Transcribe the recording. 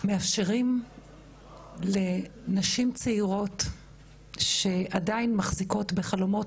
מאפשרים לנשים צעירות שעדיין מחזיקות בחלומות